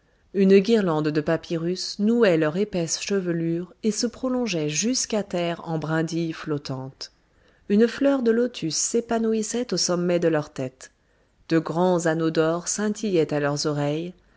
une guirlande de papyrus nouait leur épaisse chevelure et se prolongeait jusqu'à terre en brindilles flottantes une fleur de lotus s'épanouissait au sommet de leur tête de grands anneaux d'or scintillaient à leurs oreilles